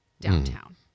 downtown